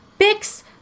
Bix